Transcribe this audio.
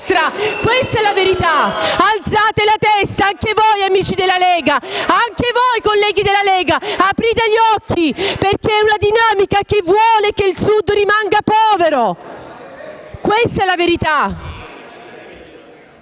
Questa è la verità. Alzate la testa, anche voi, amici della Lega, e aprite gli occhi, perché è una dinamica che vuole che il Sud rimanga povero. Questa è la verità.